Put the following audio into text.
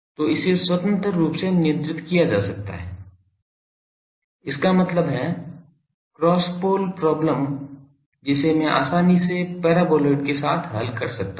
तो इसे स्वतंत्र रूप से नियंत्रित किया जा सकता है इसका मतलब है क्रॉस पोल प्रॉब्लम जिसे मैं आसानी से पैराबोलाइड के साथ हल कर सकता हूं